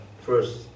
first